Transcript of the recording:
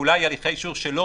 ואולי הליכי האישור שלו,